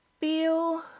feel